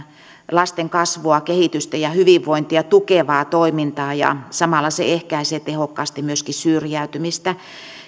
lasten kasvua kehitystä ja hyvinvointia tukevaa toimintaa ja samalla se ehkäisee tehokkaasti myöskin syrjäytymistä